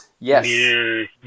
Yes